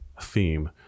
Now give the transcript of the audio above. theme